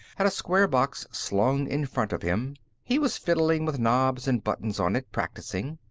had a square box slung in front of him he was fiddling with knobs and buttons on it, practicing.